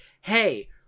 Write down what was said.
hey